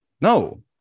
no